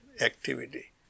activity